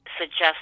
suggest